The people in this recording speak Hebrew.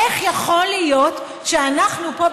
איך יכול להיות שאנחנו פה,